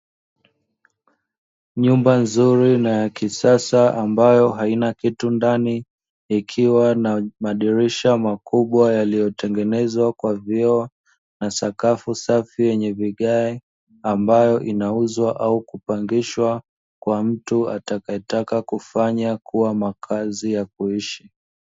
Nyumba nzuri na ya kisasa ambayo haina kitu ndani, ikiwa na madirisha makubwa yaliyotengenezwa kwa vioo na sakafu safi yenye vigae, ambayo inauzwa au kupangishwa kwa mtu atakayetaka kufanya kuwa makazi ya kuishi.